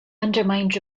undermined